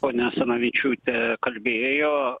ponia asanavičiūtė kalbėjo